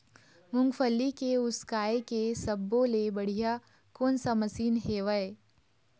मूंगफली के उसकाय के सब्बो ले बढ़िया कोन सा मशीन हेवय?